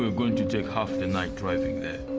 ah going to take half the night driving there.